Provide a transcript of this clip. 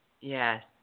Yes